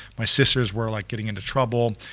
my sisters were like getting into trouble.